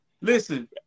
Listen